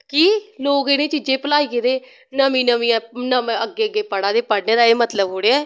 कि लोग इनें चीजें भलाई गेदे नमी नमियां नमें अग्गे अग्गे पढ़ा दे पढ़ने दा एह् मतलव थोह्ड़े ऐ